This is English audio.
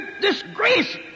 disgrace